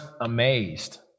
amazed